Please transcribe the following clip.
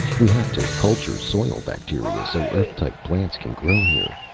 we have to culture soil-bacteria so earth-type plants can grow here!